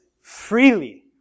freely